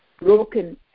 broken